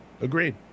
Agreed